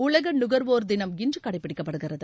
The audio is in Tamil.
உலகநுகர்வோர் தினம் இன்றுகடைப்பிடிக்கப்படுகிறது